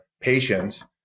patients